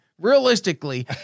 Realistically